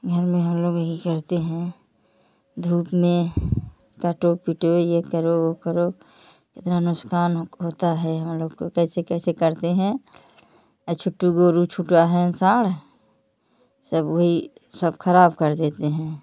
घर में हम लोग यही करते हैं धूप में काटो पीटो ये करो वो करो इतना नुस्कान हो क होता है हम लोगों को कैसे कैसे करते हैं आ छोटा गोरु छुटा हैं सांड सब वही सब खराब कर देते हैं